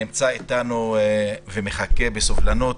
נמצא איתנו ומחכה בסבלנות,